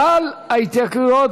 גל ההתייקרויות